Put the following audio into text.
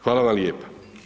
Hvala vam lijepa.